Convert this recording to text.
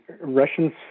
Russians